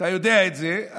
אתה יודע את זה,